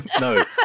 No